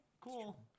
cool